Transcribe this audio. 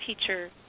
teacher